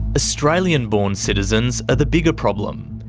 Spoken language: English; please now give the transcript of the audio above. australian-born citizens are the bigger problem.